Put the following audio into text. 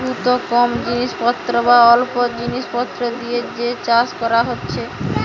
বহুত কম জিনিস পত্র বা অল্প জিনিস পত্র দিয়ে যে চাষ কোরা হচ্ছে